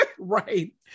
right